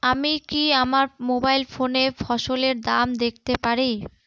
আমি কি আমার মোবাইল ফোনে ফসলের দাম দেখতে পারি?